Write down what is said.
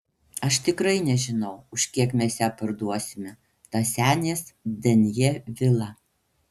aš tikrai nežinau už kiek mes ją parduosime tą senės denjė vilą